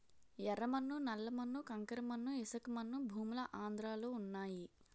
యెర్ర మన్ను నల్ల మన్ను కంకర మన్ను ఇసకమన్ను భూములు ఆంధ్రలో వున్నయి